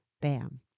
bam